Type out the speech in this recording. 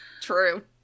True